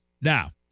Now